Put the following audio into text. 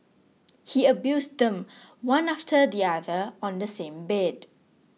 he abused them one after the other on the same bed